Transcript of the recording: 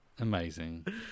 Amazing